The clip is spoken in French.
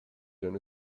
donne